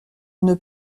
une